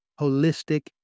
holistic